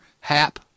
Hap